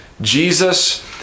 Jesus